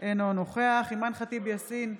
אינו נוכח אימאן ח'טיב יאסין,